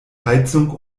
heizung